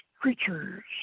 creatures